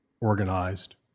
organized